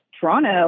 Toronto